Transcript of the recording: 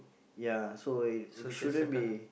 ya so it shouldn't be